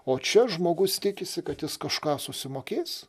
o čia žmogus tikisi kad jis kažką susimokės